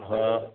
हा